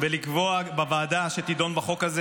ולקבוע בוועדה אשר תדון בחוק הזה,